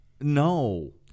No